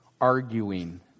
arguing